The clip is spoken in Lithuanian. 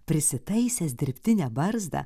prisitaisęs dirbtinę barzdą